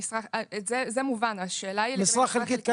זה מובן, השאלה היא --- במשרה חלקית כנ"ל.